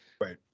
Right